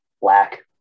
black